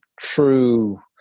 true